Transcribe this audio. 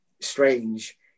strange